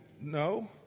no